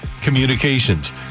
Communications